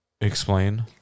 Explain